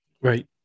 right